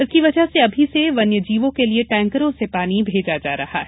इसके कारण अभी से वन्यजीवों के लिए टैंकरों से पानी भेजा जा रहा है